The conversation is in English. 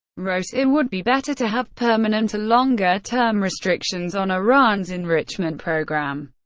wrote it would be better to have permanent or longer-term restrictions on iran's enrichment program,